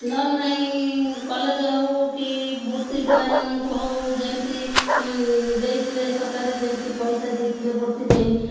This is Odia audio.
ନହେଲେ ନାଇଁ କଲେଜ୍ ହଉ କି ବୃତ୍ତି ପିଲାମାନଙ୍କୁ ହଉ ଯେମିତି ଦେଇଥିଲେ ସରକାରୀ ଯେମିତି ପଇସା ଦେଇଥିଲେ ବୃତ୍ତି ପାଇଁ